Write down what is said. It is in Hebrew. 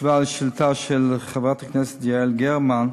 תשובה על השאילתה של חברת הכנסת יעל גרמן: